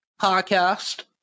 podcast